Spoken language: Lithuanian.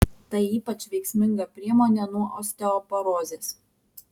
tai ypač veiksminga priemonė nuo osteoporozės